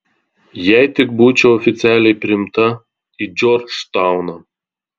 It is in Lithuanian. jei tik būčiau oficialiai priimta į džordžtauną